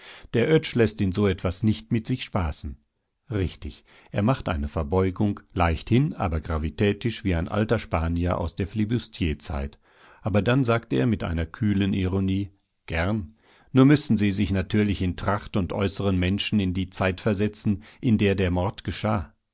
der oetsch läßt in so etwas nicht mit sich spaßen richtig er macht eine verbeugung leichthin aber gravitätisch wie ein alter spanier aus der filibustierzeit aber dann sagt er mit einer kühlen ironie gern nur müssen sie sich natürlich in tracht und äußerem menschen in die zeit versetzen in der der mord geschah